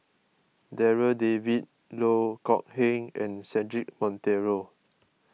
Darryl David Loh Kok Heng and Cedric Monteiro